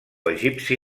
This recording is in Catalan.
egipci